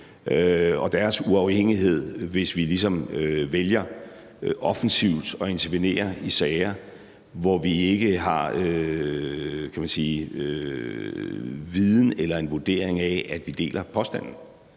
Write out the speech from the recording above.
og deres uafhængighed, hvis vi ligesom vælger offensivt at intervenere i sager, hvor vi ikke har viden eller en vurdering af, at vi deler påstanden.